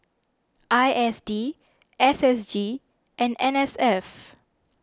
I S D S S G and N S F